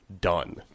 done